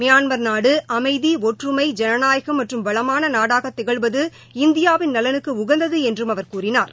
Myanmar நாடு அமைதி ஒற்றுமை ஜனநாயகம் மற்றும் வளமான நாடாக திகழ்வது இந்தியாவின் நலனுக்கு உகந்தது என்றும் அவர் கூறினார்